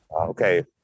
okay